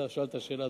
שאלת שאלה,